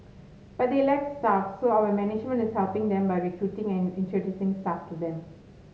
but they lack staff so our management is helping them by recruiting and introducing staff to them